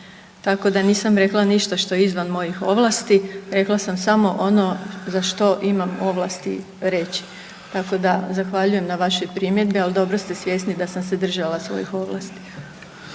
Tako da nisam rekla ništa što je izvan mojih ovlasti. Rekla sam samo ono za što imam ovlasti reći, tako da zahvaljujem na vašoj primjedbi, ali dobro sam svjesna da sam se držala svojih ovlasti.